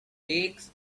flakes